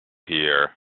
here